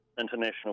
International